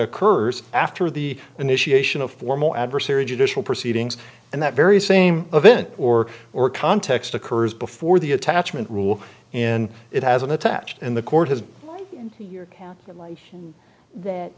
occurs after the initiation of formal adversary judicial proceedings and that very same event or or context occurs before the attachment rule in it has an attached and the court has your